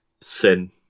Sin